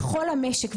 בכל המשק.